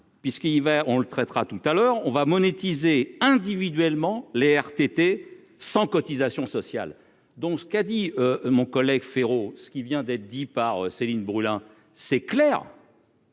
y va, on le traitera tout à l'heure, on va monétiser individuellement les RTT sans cotisations sociales dont ce qu'a dit mon collègue féroce qui vient d'être dit par Céline Brulin c'est clair.